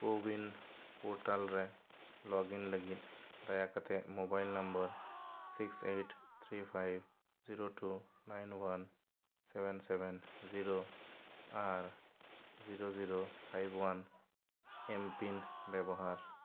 CoWIN portal ᱨᱮ login ᱞᱟᱹᱜᱤᱫ ᱫᱟᱭᱟ ᱠᱟᱛᱮᱫ mobile number six eight three five zero two nine one seven seven zero ᱟᱨ zero zero five one M PIN ᱵᱮᱵᱚᱦᱟᱨ